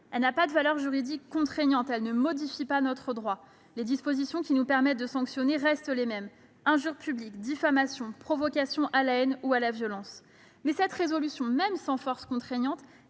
donc pas de valeur juridique contraignante. Elle ne modifie pas notre droit. Les dispositions qui nous permettent de sanctionner l'antisémitisme restent les mêmes : l'injure publique, la diffamation, la provocation à la haine ou à la violence ... Mais cette résolution, même sans force contraignante,